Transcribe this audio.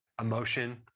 emotion